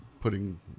putting